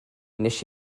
wnes